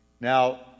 Now